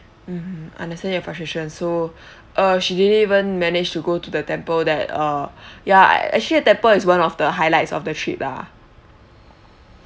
mmhmm understand your frustration so uh she didn't even manage to go to the temple that uh yeah actually the temple is one of the highlights of the trip lah